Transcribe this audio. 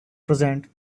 present